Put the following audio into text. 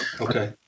Okay